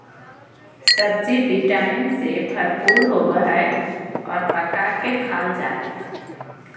सब्ज़ि vitamin से भरपूर होबय हइ और पका के खाल जा हइ